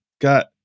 got